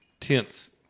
tense